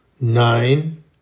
nine